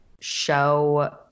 show